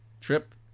trip